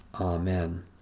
Amen